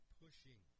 pushing